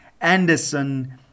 Anderson